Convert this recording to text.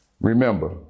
Remember